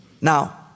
Now